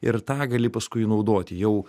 ir tą gali paskui naudoti jau